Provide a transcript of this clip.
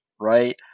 right